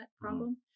problem